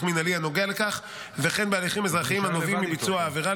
מינהלי הנוגע לכך וכן בהליכים אזרחיים הנובעים מביצוע העבירה,